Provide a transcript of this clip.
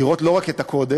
לראות לא רק את הקודש,